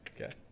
Okay